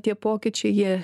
tie pokyčiai jie